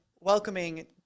welcoming